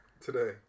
today